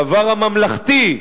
הדבר הממלכתי,